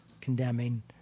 condemning